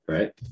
Right